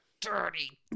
dirty